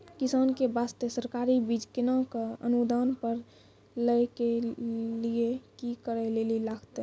किसान के बास्ते सरकारी बीज केना कऽ अनुदान पर लै के लिए की करै लेली लागतै?